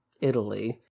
italy